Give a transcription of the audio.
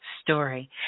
story